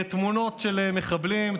תמונות של מחבלים,